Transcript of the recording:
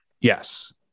Yes